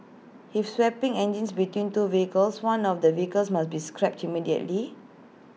if swapping engines between two vehicles one of the vehicles must be scrapped immediately